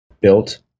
built